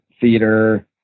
theater